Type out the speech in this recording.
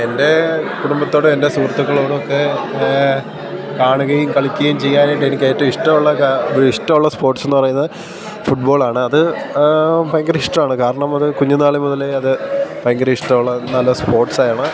എൻ്റെ കുടുംബത്തോടും എൻ്റെ സുഹൃത്തുക്കളോടുമൊക്കെ കാണുകയും കളിക്കുകയും ചെയ്യാനായിട്ടെനിക്കേറ്റവും ഇഷ്ടമുള്ള ഇഷ്ടമുള്ള സ്പോർട്സ് എന്നു പറയുന്നത് ഫുട്ബോളാണ് അത് ഭയങ്കര ഇഷ്ടമാണ് കാരണം അത് കുഞ്ഞുന്നാൾ മുതലേ അതു ഭയങ്കര ഇഷ്ടമുള്ള നല്ല സ്പോർട്സാണ്